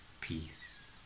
peace